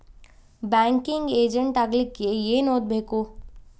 Banking agent ಆಗ್ಲಿಕ್ಕೆ ಏನ್ ಓದ್ಬೇಕು?